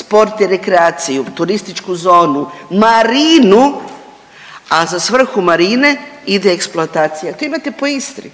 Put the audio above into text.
sport i rekreaciju, turističku zonu, marinu, a za svrhu marine ide eksploatacija. To imate po Istri,